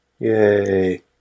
Yay